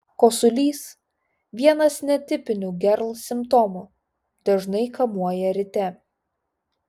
kosulys vienas netipinių gerl simptomų dažnai kamuoja ryte